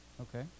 Okay